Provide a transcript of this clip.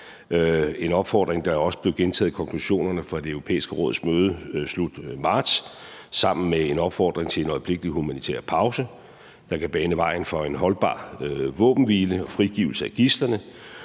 en opfordring, der også blev gentaget i konklusionerne fra Det Europæiske Råds møde i slutningen af marts sammen med en opfordring til en øjeblikkelig humanitær pause, der kan bane vejen for en holdbar våbenhvile og frigivelse af gidslerne.